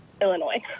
Illinois